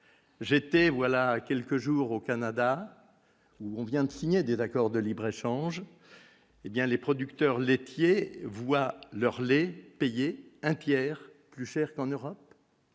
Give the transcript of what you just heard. j'étais voilà quelques jours, au Canada, où on vient de signer des accords de libre-échange, hé bien les producteurs laitiers voient leur lait payé 1 Pierre plus cher qu'en Europe.